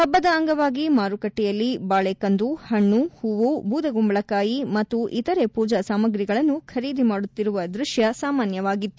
ಹಬ್ಬದ ಅಂಗವಾಗಿ ಮಾರುಕಟ್ಟೆಯಲ್ಲಿ ಬಾಳೆಕಂದು ಹಣ್ಣು ಹೂವು ಬೂದಕುಂಬಳಕಾಯಿ ಮತ್ತು ಇತರೆ ಪೂಜಾ ಸಾಮಗ್ರಿಗಳನ್ನು ಖರೀದಿ ಮಾಡುತ್ತಿರುವ ದೃಶ್ವವು ಸಾಮಾನ್ಯವಾಗಿತ್ತು